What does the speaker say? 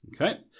Okay